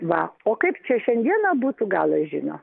va o kaip čia šiandieną būtų galas žino